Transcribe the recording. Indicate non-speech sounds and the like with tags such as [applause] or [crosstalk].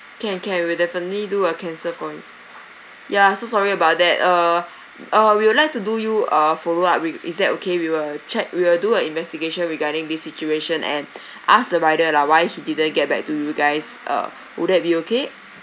can can we'll definitely do a cancel for you ya so sorry about that uh uh we will like to do you a follow up we is that okay we will check we will do a investigation regarding this situation and [breath] ask the rider lah why he didn't get back to you guys uh would that be okay